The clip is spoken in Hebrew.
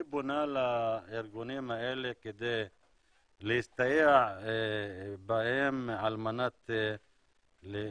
פונה לארגונים האלה כדי להסתייע בהם על מנת להתקיים.